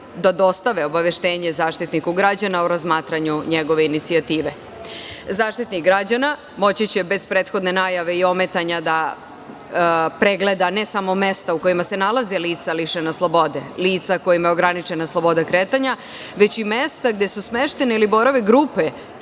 da dostave obaveštenje Zaštitniku građana o razmatranju njegove inicijative.Zaštitnik građana moći će bez prethodne najave i ometanja da pregleda ne samo mesta u kojima se nalaze lica lišena slobode, lica kojima je ograničena sloboda kretanja, već i mesta gde su smeštene ili borave grupe